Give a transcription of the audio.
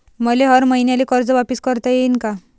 मले हर मईन्याले कर्ज वापिस करता येईन का?